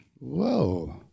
Whoa